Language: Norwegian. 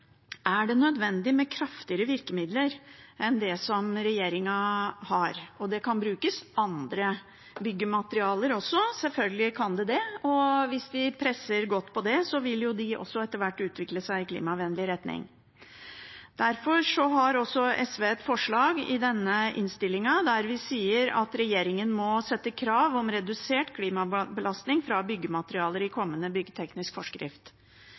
er det nødvendig med kraftigere virkemidler enn det regjeringen har. Det kan brukes andre byggematerialer også – selvfølgelig kan det det – og hvis vi presser godt på det, vil de også etter hvert utvikle seg i klimavennlig retning. Derfor har SV et forslag i denne innstillingen der vi sier at regjeringen må sette krav om redusert klimabelastning fra byggematerialer i kommende byggteknisk forskrift.